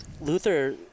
Luther